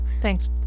Thanks